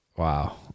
Wow